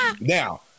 now